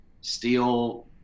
steel